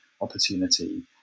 opportunity